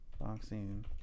Boxing